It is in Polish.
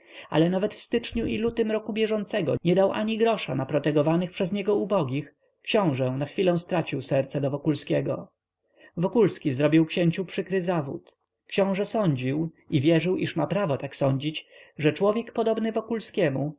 ale nawet w styczniu i lutym roku bieżącego nie dał ani grosza na protegowanych przez niego ubogich książe na chwilę stracił serce do wokulskiego wokulski zrobił księciu przykry zawód książe sądził i wierzył iż ma prawo tak sądzić że człowiek podobny